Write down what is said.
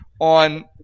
on